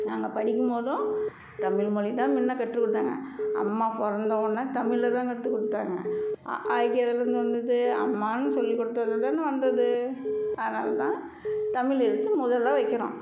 நாங்கள் படிக்கும்போதும் தமிழ் மொழி தான் முன்ன கற்றுக்கொடுத்தாங்க அம்மா பிறந்த உடன் தமிழ் தான் கற்றுக் கொடுத்தாங்க அ ஆ இ ஈ எதுலேருந்து வந்தது அம்மானு சொல்லி கொடுத்ததுல தான் வந்தது அதனால தான் தமிழ் எழுத்து முதலில் வைக்கணும்